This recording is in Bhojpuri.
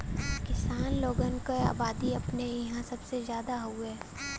किसान लोगन क अबादी अपने इंहा सबसे जादा हउवे